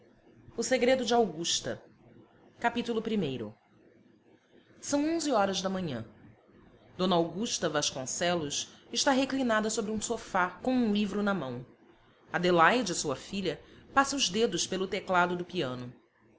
capítulo primeiro são onze horas da manhã d augusta vasconcelos está reclinada sobre um sofá com um livro na mão adelaide sua filha passa os dedos pelo teclado do piano